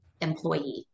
employee